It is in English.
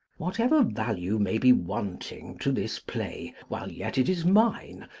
whatever value may be wanting to this play while yet it is mine,